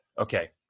Okay